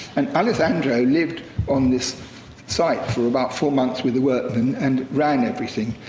and alessandro lived on this site for about four months with the workmen and ran everything.